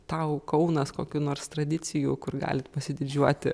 tau kaunas kokių nors tradicijų kur galit pasididžiuoti